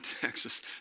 Texas